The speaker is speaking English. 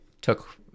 took